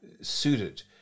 suited